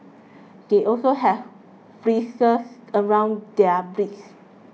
they also have bristles around their beaks